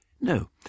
No